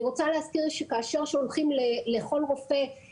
אני מתכבדת לפתוח את הדיון בוועדת הבריאות.